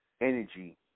Energy